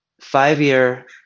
five-year